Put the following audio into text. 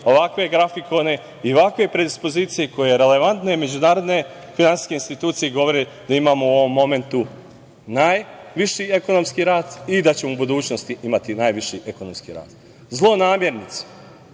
ovakve grafikone i ovakve predispozicije koje relevantne međunarodne finansijske institucije govore da imamo u ovom momentu – najviši ekonomski rast i da ćemo u budućnosti imati najviši ekonomski rast. Zlonamernici